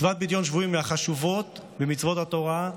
מצוות פדיון שבויים היא מהחשובות ממצוות התורה,